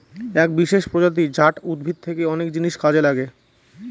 এক বিশেষ প্রজাতি জাট উদ্ভিদ থেকে অনেক জিনিস কাজে লাগে